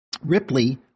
Ripley